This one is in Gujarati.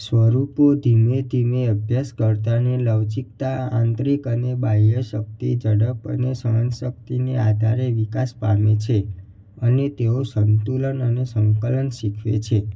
સ્વરૂપો ધીમે ધીમે અભ્યાસકર્તાની લવચીકતા આંતરિક અને બાહ્ય શક્તિ ઝડપ અને સહનશક્તિને આધારે વિકાસ પામે છે અને તેઓ સંતુલન અને સંકલન શીખવે છે